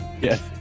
Yes